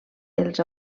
els